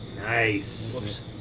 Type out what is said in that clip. Nice